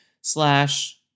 slash